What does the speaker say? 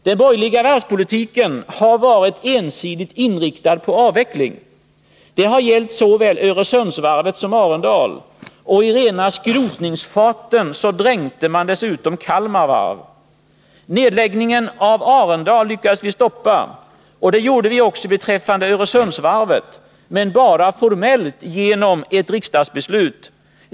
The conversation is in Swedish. Den borgerliga varvspolitiken har varit ensidigt inriktad på avveckling. Det har gällt såväl Öresundsvarvet som Arendal. I rena skrotningsfarten dränkte man dessutom Kalmar Varv. Nedläggningen av Arendal lyckades vi stoppa. Det gjorde vi också beträffande Öresundsvarvet, men bara formellt genom ett riksdagsbeslut.